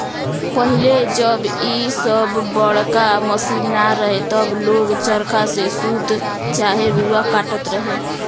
पहिले जब इ सब बड़का मशीन ना रहे तब लोग चरखा से सूत चाहे रुआ काटत रहे